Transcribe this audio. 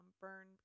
burn